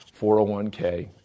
401k